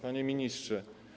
Panie Ministrze!